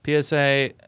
PSA